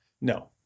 No